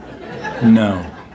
no